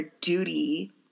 duty